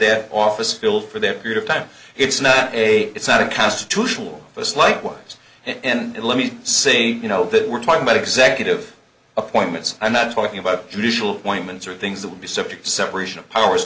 their office filled for that period of time it's not a it's not a constitutional it's likewise and let me say you know that we're talking about executive appointments i'm not talking about judicial appointments or things that would be subject to separation of powers